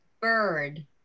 bird